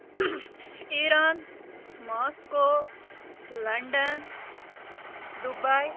Iran Moscow London Dubai